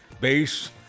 base